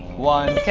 one, two,